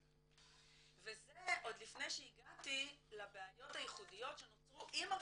וזה עוד לפני שהגעתי לבעיות הייחודיות שנוצרו עם הרפורמה.